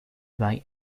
buy